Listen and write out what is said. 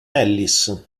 ellis